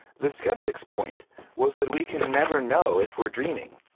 the skeptics' point was that we can never know if we're dreaming.